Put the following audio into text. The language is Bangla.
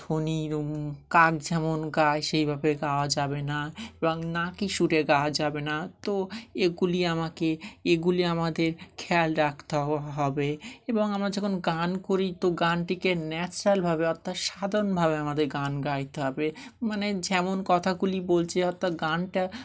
ধ্বনির কাক যেমন গায় সেইভাবে গাওয়া যাবে না এবং নাকি সুুরে গাওয়া যাবে না তো এগুলি আমাকে এগুলি আমাদের খেয়াল রাখতে হবে এবং আমরা যখন গান করি তো গানটিকে ন্যাচারালভাবে অর্থাৎ সাধারণভাবে আমাদের গান গাইতে হবে মানে যেমন কথাগুলি বলছে অর্থাৎ গানটা